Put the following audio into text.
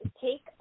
take